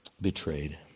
betrayed